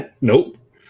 nope